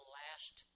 last